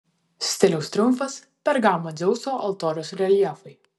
stiliaus triumfas pergamo dzeuso altoriaus reljefai